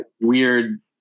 weird